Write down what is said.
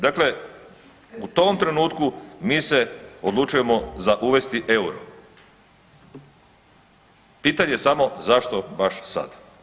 Dakle, u tom trenutku mi se odlučujemo za uvesti euro, pitanje je samo zašto baš sad?